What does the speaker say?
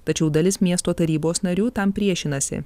tačiau dalis miesto tarybos narių tam priešinasi